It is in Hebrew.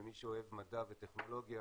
למי שאוהב מדע וטכנולוגיה,